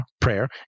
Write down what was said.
prayer